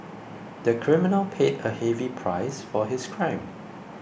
the criminal paid a heavy price for his crime